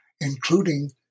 including